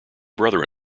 brother